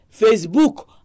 Facebook